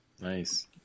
Nice